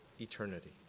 eternity